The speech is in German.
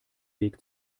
weg